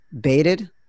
baited